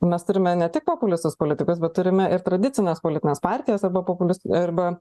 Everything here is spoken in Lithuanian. mes turime ne tik populistus politikus bet turime ir tradicines politines partijas arba populistus arba